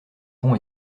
pont